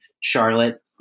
Charlotte